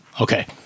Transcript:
Okay